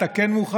אתה כן מוכן?